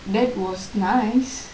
that was nice